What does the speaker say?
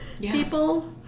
people